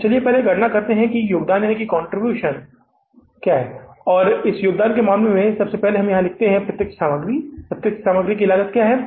तो चलिए पहले गणना करते हैं यहाँ योगदान और इस योगदान के मामले में सबसे पहले हम यहाँ लिखते हैं प्रत्यक्ष सामग्री और प्रत्यक्ष सामग्री लागत क्या है